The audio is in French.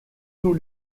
tous